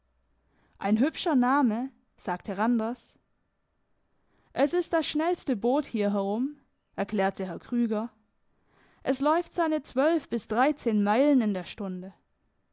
ein hübscher name sagte randers es ist das schnellste boot hier herum erklärte herr krüger es läuft seine zwölf bis dreizehn meilen in der stunde